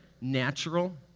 natural